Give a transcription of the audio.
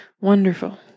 wonderful